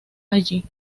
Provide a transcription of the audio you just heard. allí